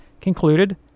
concluded